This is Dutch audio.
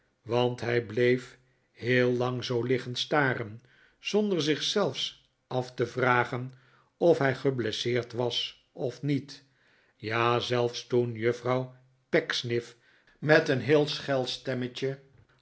want hij bleef heel lang zoo liggen staren zonder zich zelfs af te vragen of hij geblesseerd was of niet ja zelfs toen juffrouw pecksniff met een heel schel stemmetje